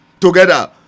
together